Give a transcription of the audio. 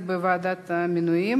(החזר בשל חיוב בסכום עודף בעסקה מתמשכת),